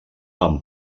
amb